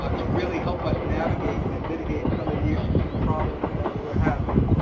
like to really help us navigate and mitigate some of the issues and problems that we were having.